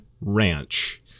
Ranch